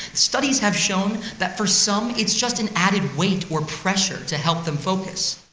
studies have shown that for some it's just an added weight or pressure to help them focus.